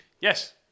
Yes